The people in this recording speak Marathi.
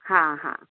हां हां